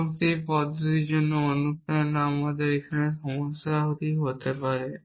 এবং সেই পদ্ধতির জন্য অনুপ্রেরণা আমাদের এখানে এই সমস্যাটি হতে পারে